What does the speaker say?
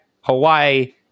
Hawaii